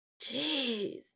Jeez